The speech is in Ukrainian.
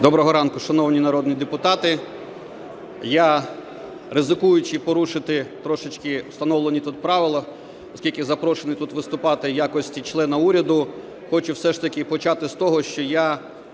Доброго ранку, шановні народні депутати! Я, ризикуючи порушити трошечки встановлені тут правила, оскільки запрошений тут виступати в якості члена уряду, хочу все ж таки почати з того, що я